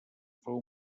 fou